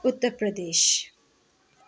Uttar Pradesh